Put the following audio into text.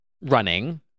Running